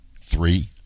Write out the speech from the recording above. three